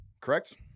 correct